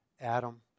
Adam